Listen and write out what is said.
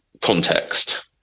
context